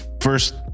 first